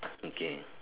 okay